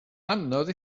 anodd